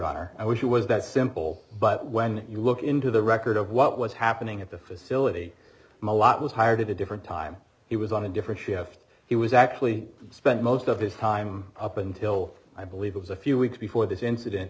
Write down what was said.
honor i wish he was that simple but when you look into the record of what was happening at the facility malott was hired at a different time he was on a different shift he was actually spent most of his time up until i believe it was a few weeks before this incident